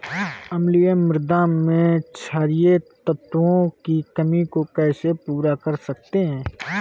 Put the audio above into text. अम्लीय मृदा में क्षारीए तत्वों की कमी को कैसे पूरा कर सकते हैं?